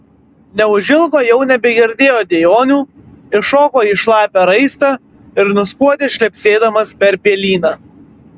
neužilgo jau nebegirdėjo dejonių iššoko į šlapią raistą ir nuskuodė šlepsėdamas per pelyną